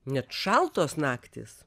net šaltos naktys